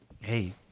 Hey